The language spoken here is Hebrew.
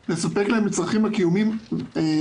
כתוב "לספק להם את צרכיהם הקיומיים והאישיים".